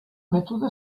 mètode